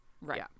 right